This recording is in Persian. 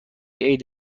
عید